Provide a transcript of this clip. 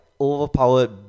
overpowered